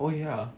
oh ya